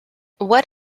what